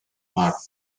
mar